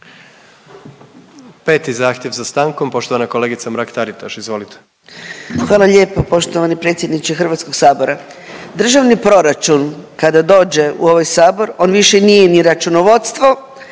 5. zahtjev za stankom poštovana kolegica Mrak Taritaš, izvolite. **Mrak-Taritaš, Anka (GLAS)** Hvala lijepo poštovani predsjedniče HS-a. Državni proračun kada dođe u ovaj Sabor on više nije ni računovodstvo,